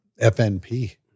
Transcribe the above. FNP